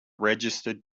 registered